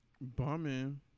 bumming